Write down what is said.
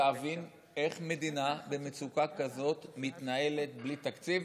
להבין איך מדינה במצוקה כזאת מתנהלת בלי תקציב.